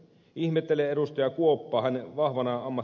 ihmettelen ed